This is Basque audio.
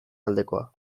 aldekoa